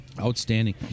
Outstanding